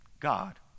God